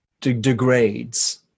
degrades